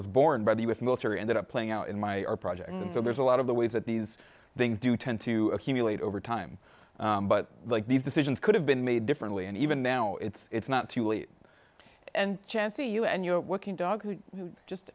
was born by the u s military ended up playing out in my art project so there's a lot of the ways that these things do tend to accumulate over time but like these decisions could have been made differently and even now it's it's not too early and chancy you and you're working dogs who just